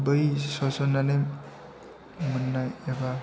बै सोसननानै मोननाय एबा